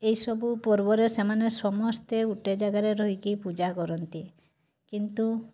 ଏଇସବୁ ପର୍ବରେ ସେମାନେ ସମସ୍ତେ ଗୋଟେ ଜାଗାରେ ରହିକି ପୂଜା କରନ୍ତି କିନ୍ତୁ